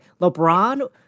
LeBron